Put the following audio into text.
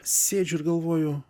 sėdžiu ir galvoju